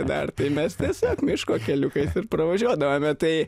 dar tai mes tiesiog miško keliukais ir pravažiuodavome tai